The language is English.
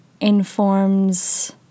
informs